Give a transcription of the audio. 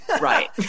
right